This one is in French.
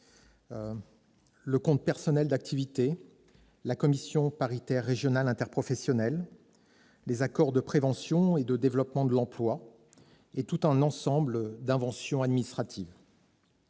le compte personnel d'activité, la commission paritaire régionale interprofessionnelle, les accords de prévention et de développement de l'emploi, et tout un ensemble d'autres inventions administratives.